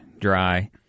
dry